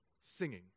singing